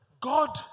God